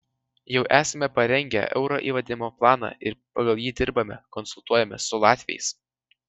jau esame parengę euro įvedimo planą ir pagal jį dirbame konsultuojamės su latviais